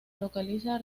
localiza